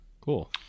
cool